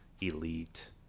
elite